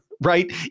right